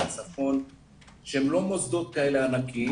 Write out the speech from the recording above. מהצפון שהם לא מוסדות כאלה ענקיים.